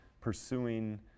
pursuing